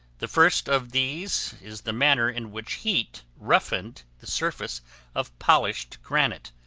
the first of these is the manner in which heat roughened the surface of polished granite,